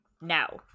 Now